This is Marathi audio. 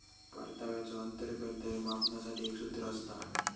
परताव्याचो अंतर्गत दर मापनासाठी एक सूत्र असता